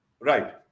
right